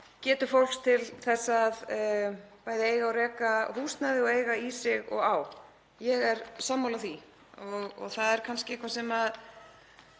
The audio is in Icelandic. getu fólks til þess að bæði eiga og reka húsnæði og eiga í sig og á. Ég er sammála því. Það er kannski eitthvað sem við